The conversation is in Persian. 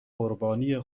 قربانی